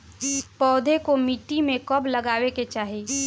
पौधे को मिट्टी में कब लगावे के चाही?